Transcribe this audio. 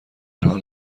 حال